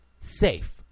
safe